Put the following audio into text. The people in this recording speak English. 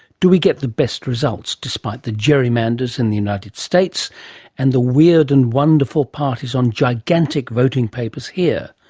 do we get the best results, despite the gerrymanders in the united states and the weird and wonderful parties on gigantic voting papers here?